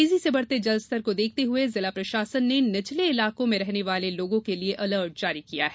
तेजी से बढ़ते जलस्तर को देखते हए जिला प्रशासन ने निचले इलाकों में रहने वाले लोगों के लिए अलर्ट जारी किया गया है